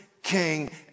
King